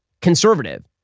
conservative